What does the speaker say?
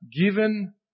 given